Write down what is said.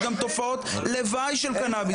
יש גם תופעות לוואי של קנביס.